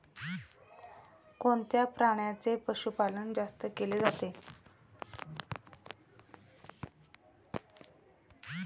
कोणत्या प्राण्याचे पशुपालन जास्त केले जाते?